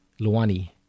Luani